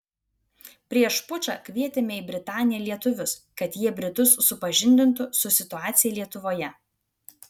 prieš pučą kvietėme į britaniją lietuvius kad jie britus supažindintų su situacija lietuvoje